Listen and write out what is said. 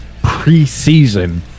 preseason